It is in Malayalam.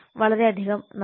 വളരെയധികം നന്ദി